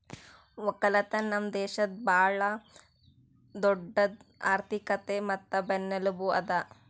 ಒಕ್ಕಲತನ ನಮ್ ದೇಶದ್ ಭಾಳ ದೊಡ್ಡುದ್ ಆರ್ಥಿಕತೆ ಮತ್ತ ಬೆನ್ನೆಲುಬು ಅದಾ